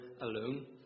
alone